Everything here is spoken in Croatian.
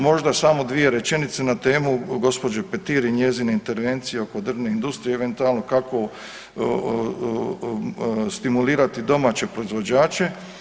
Možda samo dvije rečenice na temu gospođe Petir i njezine intervencije oko drvne industrije eventualno kako stimulirati domaće proizvođače.